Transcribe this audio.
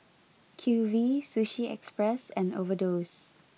Q V Sushi Express and Overdose